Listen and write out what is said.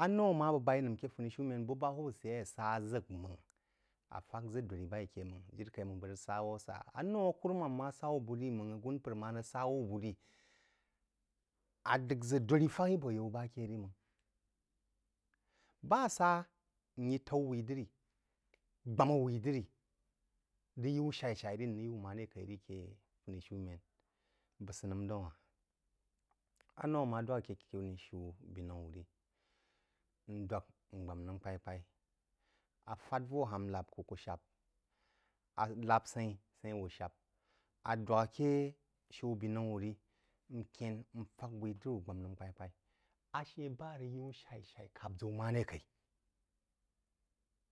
A ríou a má bəg b’ai nəm aké funishumēn, bu ba hūwūb sə yeí a sa ʒək mang, a fak ʒək dodri b’aí ké máng jiri-kaí māng bəg rəg sa̍ wū sa. Anoū a kùrúmām ma sá wú bú rí máng, agūn mpər má rəg sá wú bú rí a d’əgh ʒək dōdrí fak-í abō yau ba ké yí mang. Ba sá nyí taú wúí-diri, gbámà wúí diri rəg yi wú shá-shá-í rí, n rəg yí wú máré kaí rí a ké funishúmēn bəg sə nəm daūn aha-hn: anoú á má dwāk akē khini-shíú binaú binaú wú rí, n dwák n gbám nəm kpai-kpai-fād vō ha-hn n lāp-kú kú sháp, a lāp səín-í, səín-í wú sháp, a dwāk akē shīú-binau wú rí, n kyēn, n fák wúí diri wú gbām nəm kpaí-kpaí, ashə bá a rəg yí wú sha-shai-í kap-ʒəu máré kaí.